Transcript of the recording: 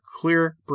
clear